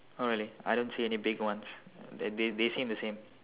no really I don't see any big ones they they seem the same